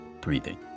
breathing